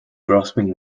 grasping